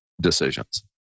decisions